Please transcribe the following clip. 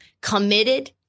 committed